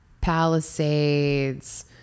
Palisades